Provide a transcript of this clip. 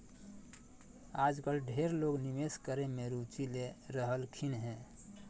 आजकल ढेर लोग निवेश करे मे रुचि ले रहलखिन हें